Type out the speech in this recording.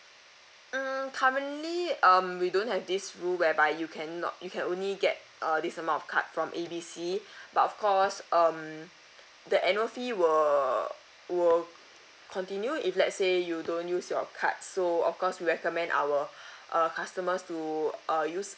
mm currently um we don't have this rule whereby you cannot you can only get uh this amount of card from A B C but of course um the annual fee will will c~ continue if let say you don't use your card so of course we recommend our uh customers to uh use